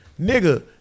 Nigga